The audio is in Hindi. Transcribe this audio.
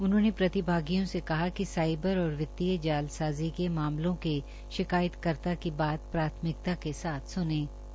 उन्होंने प्रतिभागियों से कहा कि साईबर और वित्तीय जाबाजी के मामले के शिकायत कर्ता की बात प्राथमिकता के साथ सुनें